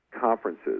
conferences